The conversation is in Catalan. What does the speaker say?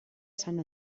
sant